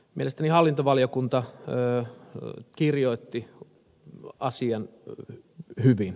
mielestäni hallintovaliokunta kirjoitti asian hyvin